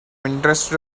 interested